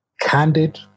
candid